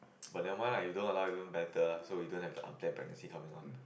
but nevermind lah if don't allow even better lah so you don't have the unplanned pregnancy coming on